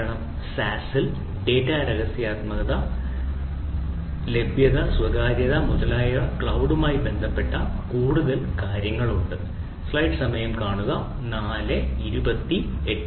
കാരണം SaaS ൽ data രഹസ്യാത്മകത സമഗ്രത ലഭ്യത സ്വകാര്യത മുതലായവ ക്ലൌഡുമായി ബന്ധപ്പെട്ട കൂടുതൽ കാര്യങ്ങൾ ഉണ്ട്